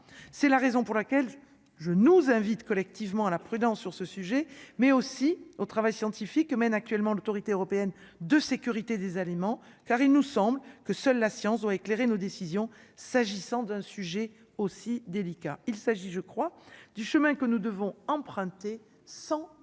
c'est la raison pour laquelle je nous invite collectivement à la prudence sur ce sujet, mais aussi au travail scientifique que mène actuellement l'Autorité européenne de sécurité des aliments car il nous semble que seule la science doit éclairer nos décisions, s'agissant d'un sujet aussi délicat, il s'agit je crois du chemin que nous devons emprunter sans